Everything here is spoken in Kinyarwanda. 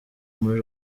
muri